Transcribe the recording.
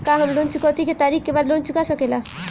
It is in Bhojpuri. का हम लोन चुकौती के तारीख के बाद लोन चूका सकेला?